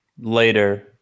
later